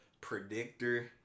predictor